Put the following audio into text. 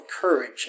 courage